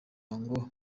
ngo